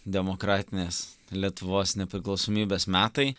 demokratinės lietuvos nepriklausomybės metai